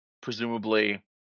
presumably